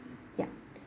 ya